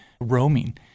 roaming